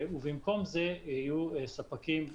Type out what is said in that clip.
במקום זה יהיו ספקים אחרים,